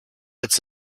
its